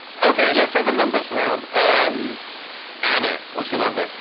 ok. let's have a numbers round. um anna, what's your number?